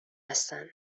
هستن